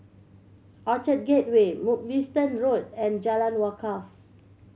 Orchard Gateway Mugliston Road and Jalan Wakaff